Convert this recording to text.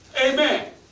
Amen